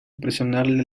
presionarle